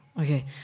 okay